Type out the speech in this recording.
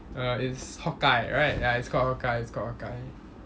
err it's hawk eye right ya he's called hawk eye he's called hawk eye